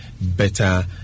better